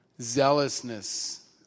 zealousness